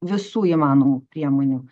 visų įmanomų priemonių